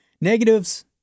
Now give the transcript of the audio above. Negatives